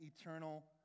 eternal